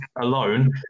alone